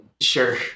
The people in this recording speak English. Sure